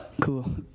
cool